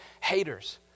haters